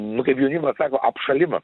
nu kaip jaunimas sako apšalimą